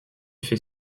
fait